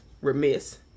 remiss